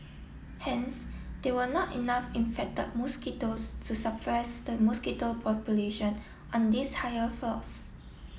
hence there were not enough infected mosquitoes to suppress the mosquito population on these higher floors